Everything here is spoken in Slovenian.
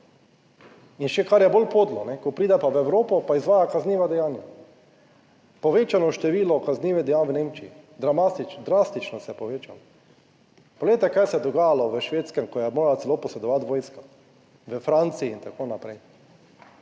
in še, kar je bolj podlo, ko pride pa v Evropo pa izvaja kazniva dejanja, povečano število kaznivih dejanj v Nemčiji. Drastično se je povečalo. Poglejte, kaj se je dogajalo v Švedskem, ko je morala celo posredovati vojska, v Franciji in tako naprej.